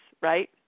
right